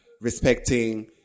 respecting